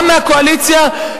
גם מהקואליציה,